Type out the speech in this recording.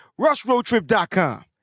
rushroadtrip.com